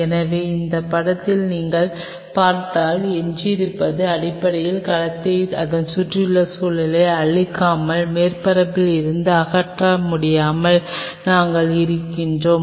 எனவே இந்த படத்தை நீங்கள் பார்த்தால் எஞ்சியிருப்பது அடிப்படையில் கலத்தை அதன் சுற்றியுள்ள சூழலை அழிக்காமல் மேற்பரப்பில் இருந்து அகற்ற முடிந்தால் நாங்கள் இருக்கிறோம்